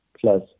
plus